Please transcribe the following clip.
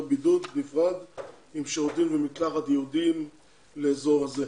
בידוד נפרד עם שירותים ומקלחת ייעודיים לאזור הזה.